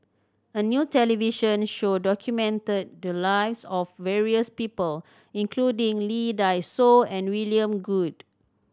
a new television show documented the lives of various people including Lee Dai Soh and William Goode